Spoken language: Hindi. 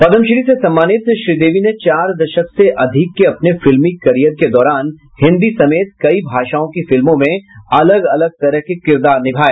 पद्मश्री से सम्मानित श्रीदेवी ने चार दशक से अधिक के अपने फिल्मी करियर के दौरान हिन्दी समेत कई भाषाओं की फिल्मों में अलग अलग तरह के किरदार निभाए